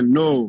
no